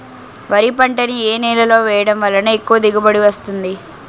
వరి పంట ని ఏ నేలలో వేయటం వలన ఎక్కువ దిగుబడి వస్తుంది?